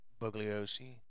Bugliosi